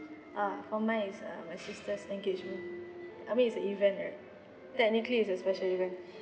uh for mine is uh my sister's engagement I mean it's an event right technically it's a special event